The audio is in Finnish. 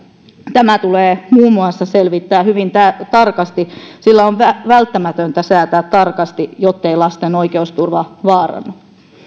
tämä tulee muun muassa selvittää hyvin tarkasti sillä on välttämätöntä säätää tarkasti jottei lasten oikeusturva vaarannu